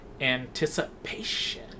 anticipation